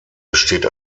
besteht